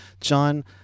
John